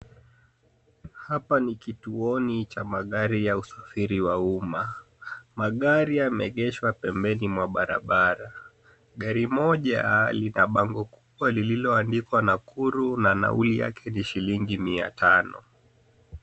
Hapa ni kituoni cha magari ya usufiri wa uma, magaria yameegeshwa pembeni mwa barabara. Gari moja lina bango kubwa lililoandikwa NAKURU na nauli yake ni shilingi miatano.